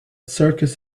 circus